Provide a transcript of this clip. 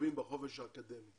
מתערבים בחופש האקדמי